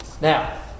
Now